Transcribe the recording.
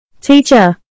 Teacher